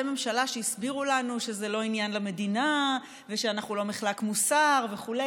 ממשלה שהסבירו לנו שזה לא עניין למדינה ושאנחנו לא מחלק מוסר וכו'.